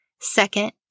Second